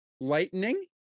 Lightning